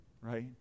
Right